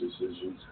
decisions